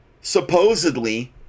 supposedly